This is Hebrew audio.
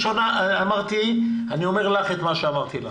אני אומר לך את מה שאמרתי לה.